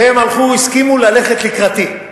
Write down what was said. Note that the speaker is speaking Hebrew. והם הסכימו ללכת לקראתי.